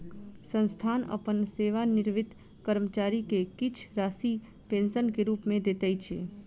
संस्थान अपन सेवानिवृत कर्मचारी के किछ धनराशि पेंशन के रूप में दैत अछि